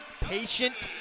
Patient